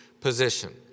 position